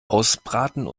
ausbraten